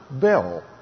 bill